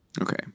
okay